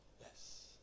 Yes